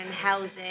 housing